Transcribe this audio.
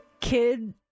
kid